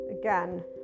Again